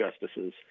justices